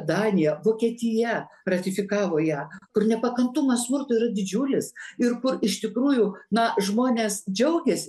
danija vokietija ratifikavo ją kur nepakantumas smurtui yra didžiulis ir kur iš tikrųjų na žmonės džiaugėsi